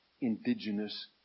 indigenous